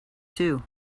too